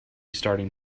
starting